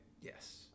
Yes